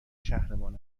شهرمان